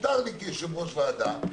מותר לי, כיושב-ראש ועדה,